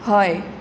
हय